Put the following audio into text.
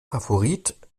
favorit